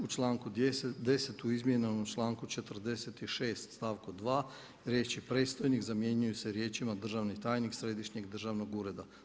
U članku 10. u izmijenjenom članku 46. stavku 2. riječi: „predstojnik“ zamjenjuju se riječima „državni tajnik Središnjeg državnog ureda"